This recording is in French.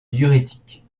diurétique